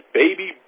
baby